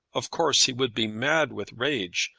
of course he would be mad with rage,